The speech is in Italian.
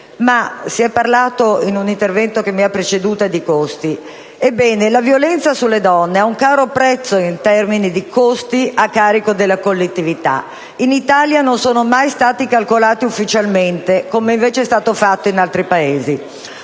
è stato detto in un intervento poco fa. Ebbene, la violenza sulle donne ha un caro prezzo in termini di costi a carico della collettività, che in Italia non sono mai stati calcolati ufficialmente, come invece è stato fatto in diversi Paesi.